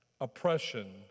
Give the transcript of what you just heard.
oppression